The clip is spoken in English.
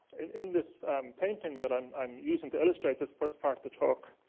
and in this painting that i'm i'm using to illustrate this first part of the talk,